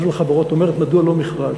את אומרת: מדוע לא מכרז?